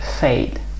fade